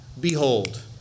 Behold